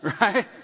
Right